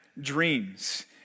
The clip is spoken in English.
dreams